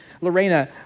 Lorena